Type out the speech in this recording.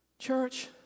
Church